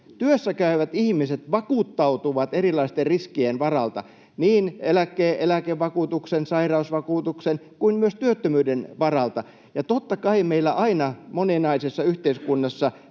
Työssäkäyvät ihmiset vakuuttautuvat erilaisten riskien varalta, niin eläkevakuutuksella ja sairausvakuutuksella kuin myös työttömyyden varalta. Ja totta kai meillä aina moninaisessa yhteiskunnassa